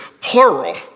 plural